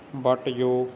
ਵੱਟ ਜੋ